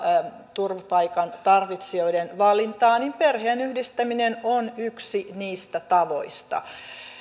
turvapaikan tarvitsijoiden valintaa niin perheenyhdistäminen on yksi niistä tavoista